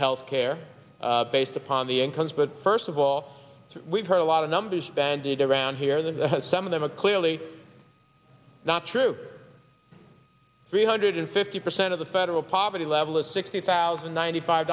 health care based upon the incomes but first of all we've heard a lot of numbers bandied around here that has some of them a clearly not true three hundred fifty percent of the federal poverty level is sixty thousand ninety five